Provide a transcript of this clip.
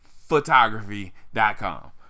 photography.com